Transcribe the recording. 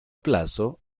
plazo